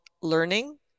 learning